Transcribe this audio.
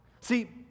See